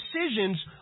decisions